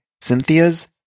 Cynthia's